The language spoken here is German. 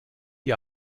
ihr